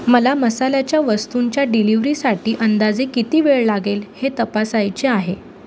मला मसाल्याच्या वस्तूंच्या डिलिव्हरीसाठी अंदाजे किती वेळ लागेल हे तपासायचे आहे